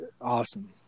awesome